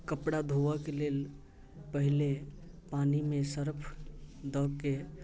कपड़ा धोअके लेल पहिले पानिमे सर्फ दऽ के